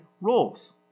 roles